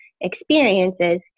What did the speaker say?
experiences